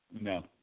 No